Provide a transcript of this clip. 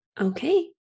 Okay